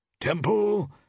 Temple